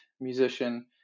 musician